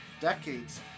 decades